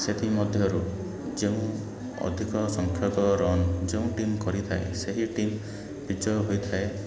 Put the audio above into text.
ସେଥିମଧ୍ୟରୁ ଯେଉଁ ଅଧିକ ସଂଖ୍ୟକ ରନ୍ ଯେଉଁ ଟିମ୍ କରିଥାଏ ସେହି ଟିମ୍ ବିଜୟ ହୋଇଥାଏ